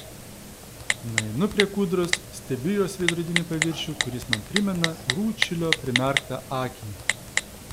nueinu prie kūdros stebiu jos veidrodinį paviršių kuris man primena rūdšilio primerktą akį